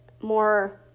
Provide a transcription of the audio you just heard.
more